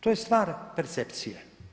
To je stvar percepcije.